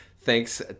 thanks